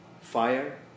fire